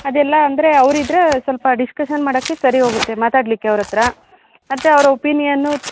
ಅದೆಲ್ಲ ಅಂದರೆ ಅವ್ರು ಇದ್ರೆ ಸ್ವಲ್ಪ ಡಿಸ್ಕಷನ್ ಮಾಡೋಕ್ಕೆ ಸರಿ ಹೋಗುತ್ತೆ ಮಾತಾಡಲಿಕ್ಕೆ ಅವ್ರ ಹತ್ತಿರ ಮತ್ತು ಅವ್ರ ಒಪೀನಿಯನ್ನು